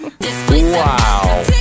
wow